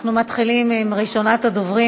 אנחנו מתחילים עם ראשונת הדוברים,